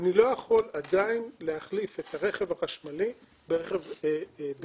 אני לא יכול עדין להחליף את רכב הבנזין ברכב חשמלי.